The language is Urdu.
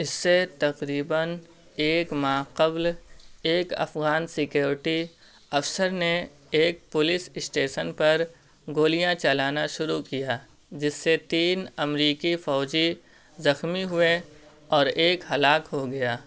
اس سے تقریباً ایک ماہ قبل ایک افغان سکیورٹی افسر نے ایک پولیس اشٹیسن پر گولیاں چلانا شروع کیا جس سے تین امریکی فوجی زخمی ہوئے اور ایک ہلاک ہو گیا